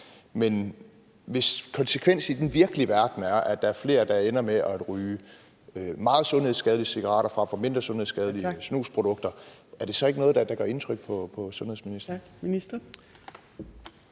men hvis konsekvensen i den virkelige verden er, at der er flere, der ender med at ryge meget sundhedsskadelige cigaretter frem for at bruge mindre sundhedsskadelige snusprodukter, er det så ikke noget, der gør indtryk på sundhedsministeren? Kl.